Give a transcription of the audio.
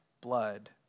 blood